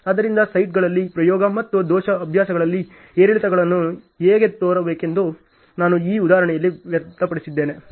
ಆದ್ದರಿಂದ ಸೈಟ್ಗಳಲ್ಲಿ ಪ್ರಯೋಗ ಮತ್ತು ದೋಷ ಅಭ್ಯಾಸಗಳಲ್ಲಿ ಏರಿಳಿತಗಳನ್ನು ಹೇಗೆ ತೋರಿಸಬೇಕೆಂದು ನಾನು ಈ ಉದಾಹರಣೆಯನ್ನು ಮಾರ್ಪಡಿಸಿದ್ದೇನೆ